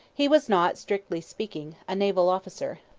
he was not, strictly speaking, a naval officer,